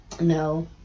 No